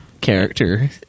character